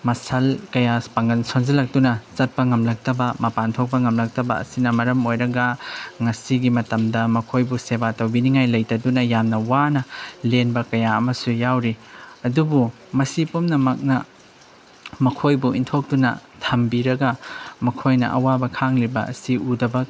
muscle ꯀꯌꯥ ꯄꯥꯡꯒꯜ ꯁꯣꯟꯖꯤꯜꯂꯛꯇꯨꯅ ꯆꯠꯄ ꯉꯝꯂꯛꯇꯕ ꯃꯄꯥꯟ ꯊꯣꯛꯄ ꯉꯝꯂꯛꯇꯕ ꯑꯁꯤꯅ ꯃꯔꯝ ꯑꯣꯏꯔꯒ ꯉꯁꯤꯒꯤ ꯃꯇꯝꯗ ꯃꯈꯣꯏꯕꯨ ꯁꯦꯕꯥ ꯇꯧꯕꯤꯅꯤꯉꯥꯏ ꯂꯩꯇꯗꯨꯅ ꯌꯥꯝꯅ ꯋꯥꯅ ꯂꯦꯟꯕ ꯀꯌꯥ ꯑꯃꯁꯨ ꯌꯥꯎꯔꯤ ꯑꯗꯨꯕꯨ ꯃꯁꯤ ꯄꯨꯝꯅꯃꯛꯅ ꯃꯈꯣꯏꯕꯨ ꯏꯟꯊꯣꯛꯇꯨꯅ ꯊꯝꯕꯤꯔꯒ ꯃꯈꯣꯏꯅ ꯑꯋꯥꯕ ꯈꯥꯡꯂꯤꯕ ꯑꯁꯤ ꯎꯗꯕ